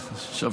עכשיו